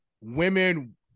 women